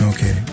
Okay